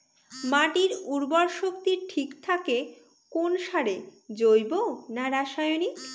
মাটির উর্বর শক্তি ঠিক থাকে কোন সারে জৈব না রাসায়নিক?